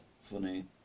funny